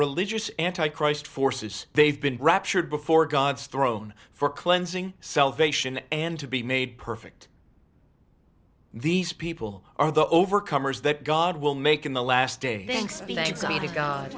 religious anti christ forces they've been raptured before god's throne for cleansing salvation and to be made perfect these people are the overcomers that god will make in the last day